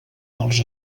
dels